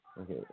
Okay